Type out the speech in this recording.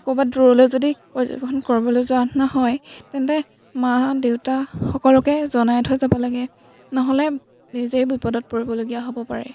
ক'ৰবাত দূৰলৈ যদি পৰ্যবেক্ষণ কৰিবলৈ যোৱা নহয় তেন্তে মা দেউতা সকলোকে জনাই থৈ যাব লাগে নহ'লে নিজেই বিপদত পৰিবলগীয়া হ'ব পাৰে